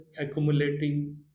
accumulating